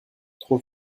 trop